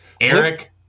Eric